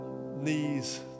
knees